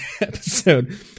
episode